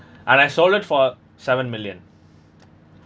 and I sold it for seven million